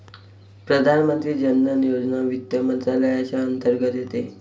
प्रधानमंत्री जन धन योजना वित्त मंत्रालयाच्या अंतर्गत येते